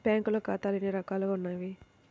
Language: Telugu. బ్యాంక్లో ఖాతాలు ఎన్ని రకాలు ఉన్నావి?